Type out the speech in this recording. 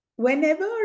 Whenever